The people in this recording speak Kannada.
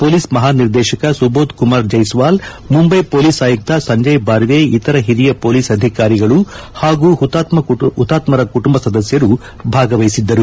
ಪೊಲೀಸ್ ಮಹಾನಿರ್ದೇಶಕ ಸುಬೋಧ್ ಕುಮಾರ್ ಜೈಸ್ಲಾಲ್ ಮುಂಬೈ ಪೊಲೀಸ್ ಆಯುಕ್ತ ಸಂಜಯ್ ಬಾರ್ನೈ ಇತರ ಹಿರಿಯ ಪೊಲೀಸ್ ಅಧಿಕಾರಿಗಳು ಹಾಗೂ ಹುತಾತ್ಮರ ಕುಟುಂಬ ಸದಸ್ಯರು ಭಾಗವಹಿಸಿದ್ದರು